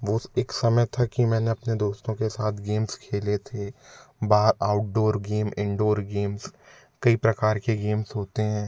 वो एक समय था कि मैंने अपने दोस्तों के साथ गेम्स खेले थे बाहर आउटडोर गेम इनडोर गेम्स कई प्रकार के गेम्स होते हैं